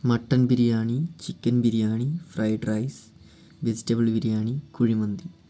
mutton biryani chicken biryani fried rice vegetable biryani kuzhimanthi